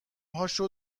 هاشو